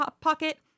pocket